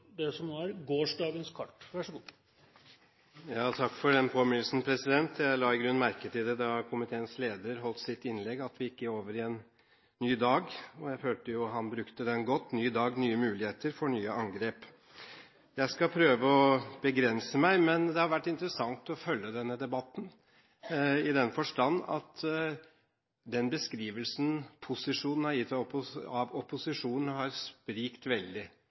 det etter hvert går inn. Neste taler er taler nr. 100, representanten Hans Olav Syversen, som fortsetter på det som er gårsdagens kart. Takk for den påminnelsen. Jeg la i grunnen merke til at da komiteens leder holdt sitt innlegg, gikk vi over i en ny dag, og jeg følte at han brukte den godt – ny dag og nye muligheter for nye angrep. Jeg skal prøve å begrense meg, men det har vært interessant å følge denne debatten, i den forstand at den beskrivelsen posisjonen har gitt av opposisjonen, har